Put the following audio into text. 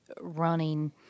running –